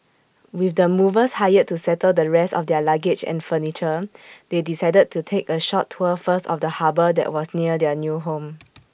with the movers hired to settle the rest of their luggage and furniture they decided to take A short tour first of the harbour that was near their new home